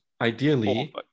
ideally